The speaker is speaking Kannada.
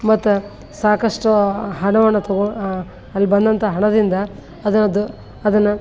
ಮತ್ತೆ ಸಾಕಷ್ಟು ಹಣವನ್ನು ತೊಗೊ ಅಲ್ಲಿ ಬಂದಂತ ಹಣದಿಂದ ಅದರದ್ದು ಅದನ್ನು